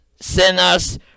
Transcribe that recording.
sinners